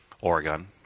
Oregon